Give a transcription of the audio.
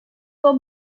will